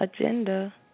agenda